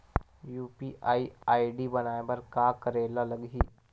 UPI ID बनाये बर का करे ल लगही?